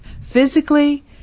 physically